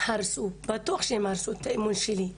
הרסו, בטוח שהם הרסו את האמון שלי.